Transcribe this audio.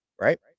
right